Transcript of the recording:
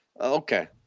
Okay